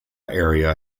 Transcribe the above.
area